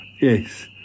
yes